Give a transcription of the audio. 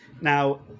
Now